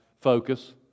focus